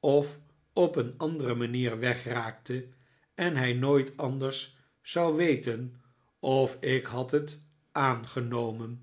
of op een andere manier wegraakte en hij nooit anders zou weten of ik had het aangenomen